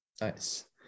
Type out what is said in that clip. nice